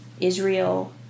Israel